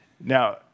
Now